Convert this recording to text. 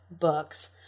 books